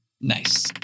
Nice